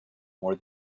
more